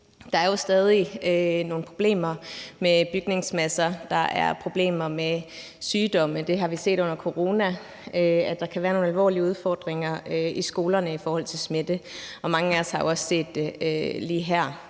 der er jo stadig nogle problemer med bygningsmassen, og der er problemer med sygdomme. Det så vi også under corona, altså at der kan være nogle alvorlige udfordringer i skolerne i forhold til smitte, og mange af os har jo også lige her